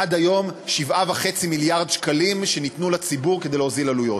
עד היום 7.5 מיליארד שקלים שניתנו לציבור כדי להוזיל עלויות.